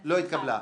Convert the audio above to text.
לא התקבלה.